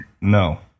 No